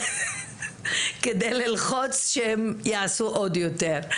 כדי ללחוץ שהם יעשו עוד יותר.